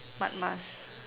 mud mask